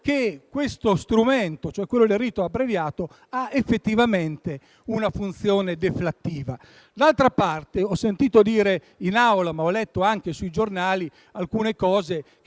che lo strumento del rito abbreviato ha effettivamente una funzione deflattiva. D'altra parte, ho sentito dire in Aula e ho anche letto sui giornali alcune cose